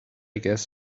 guess